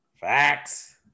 Facts